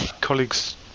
colleague's